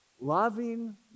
loving